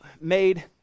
made